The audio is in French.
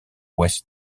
ouest